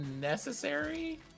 necessary